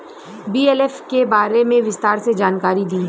BLF के बारे में विस्तार से जानकारी दी?